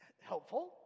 helpful